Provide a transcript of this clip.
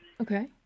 okay